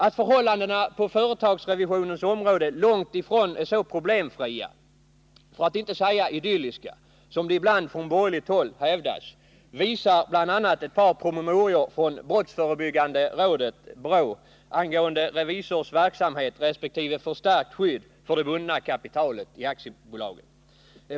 Att förhållandena på företagsrevisionens område långt ifrån är så problemfria, för att inte säga idylliska, som det ibland från borgerligt håll hävdas, visar bl.a. ett par promemorier från brottsförebyggande rådet — BRÅ — angående revisors verksamhet resp. förstärkt skydd för det bundna kapitalet i aktiebolagen.